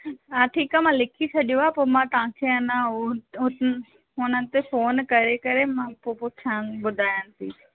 हा ठीकु आहे मां लिखी छॾियो आहे पोइ मां तव्हांखे अञा उहो हुन ते फ़ोन करे करे मां पोइ पुछानि ॿुधायानि थी